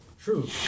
True